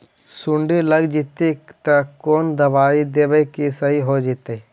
सुंडी लग जितै त कोन दबाइ देबै कि सही हो जितै?